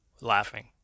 laughing